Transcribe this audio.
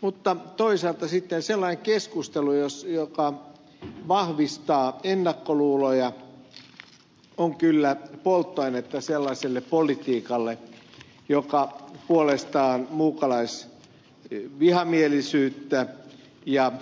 mutta toisaalta sellainen keskustelu joka vahvistaa ennakkoluuloja on kyllä polttoainetta sellaiselle politiikalle joka puolestaan muukalaisvihamielisyyttä ja